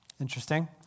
Interesting